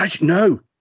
No